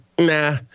nah